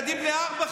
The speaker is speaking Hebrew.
ילדים בני ארבע,